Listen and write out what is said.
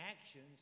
actions